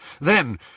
Then